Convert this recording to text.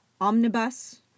Omnibus